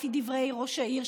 לפי דברי ראש העיר,